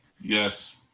Yes